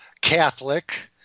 Catholic